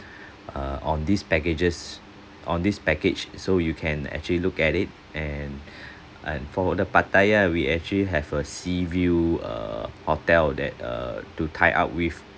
err on these packages on this package so you can actually look at it and and for the pattaya we actually have a sea view err hotel that err to tie up with